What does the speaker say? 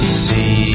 see